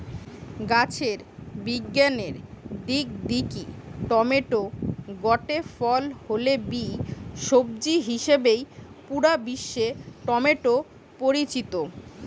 গাছের বিজ্ঞানের দিক দিকি টমেটো গটে ফল হলে বি, সবজি হিসাবেই পুরা বিশ্বে টমেটো পরিচিত